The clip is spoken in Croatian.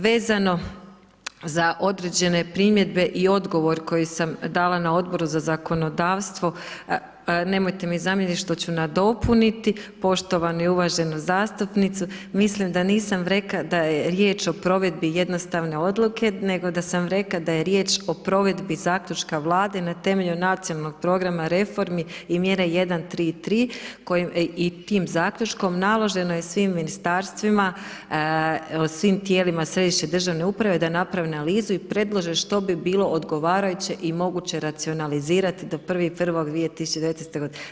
Vezano za određene primjedbe i odgovor koji sam dala na Odboru za zakonodavstvo, nemojte mi zamjerit što ću nadopuniti poštovanu i uvaženu zastupnicu, mislim da nisam rekla da je riječ o provedbi jednostavne odluke, nego da sam rekla da je riječ o provedbi Zaključka Vlade na temelju Nacionalnog programa reformi i Mjere 1.3.3, i tim Zaključkom naloženo je svim Ministarstvima, svim tijelima središnje državne uprave, da naprave analizu i predlože što bi bilo odgovarajuće i moguće racionalizirati do 1.1.2019. godine.